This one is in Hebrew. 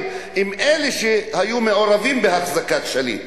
עם אלה שהיו מעורבים בהחזקת שליט.